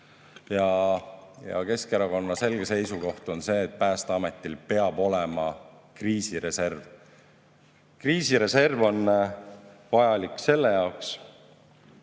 Ja Keskerakonna selge seisukoht on see, et Päästeametil peab olema kriisireserv. Kriisireserv on vajalik selle jaoks,